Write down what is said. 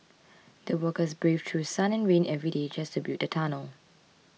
the workers braved through sun and rain every day just to build the tunnel